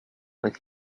with